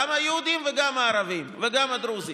גם היהודים וגם הערבים וגם הדרוזים.